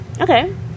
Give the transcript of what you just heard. Okay